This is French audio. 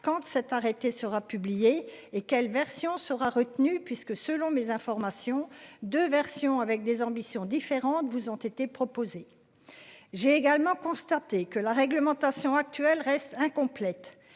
quand cet arrêté sera publié et quelle version sera retenu puisque selon mes informations de versions avec des ambitions différentes vous ont été proposés. J'ai également constaté que la réglementation actuelle reste incomplète.